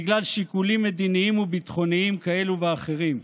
בגלל שיקולים מדיניים וביטחוניים כאלו ואחרים.